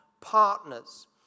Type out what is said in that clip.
partners